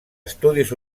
estudis